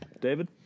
David